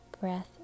breath